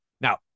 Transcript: Now